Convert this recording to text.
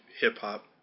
hip-hop